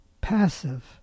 passive